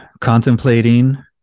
contemplating